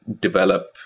develop